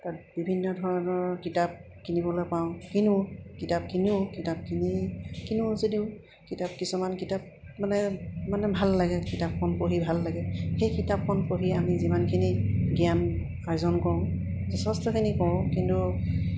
তাত বিভিন্ন ধৰণৰ কিতাপ কিনিবলৈ পাওঁ কিনো কিতাপ কিনোও কিতাপ কিনি কিনো যদিও কিতাপ কিছুমান কিতাপ মানে মানে ভাল লাগে কিতাপখন পঢ়ি ভাল লাগে সেই কিতাপখন পঢ়ি আমি যিমানখিনি জ্ঞান অৰ্জন কৰোঁ যথেষ্টখিনি কৰোঁ কিন্তু